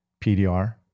PDR